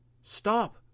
Stop